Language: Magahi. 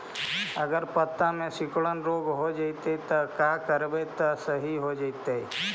अगर पत्ता में सिकुड़न रोग हो जैतै त का करबै त सहि हो जैतै?